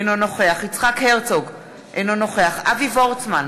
אינו נוכח יצחק הרצוג, אינו נוכח אבי וורצמן,